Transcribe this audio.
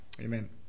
Amen